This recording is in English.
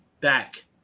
back